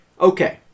Okay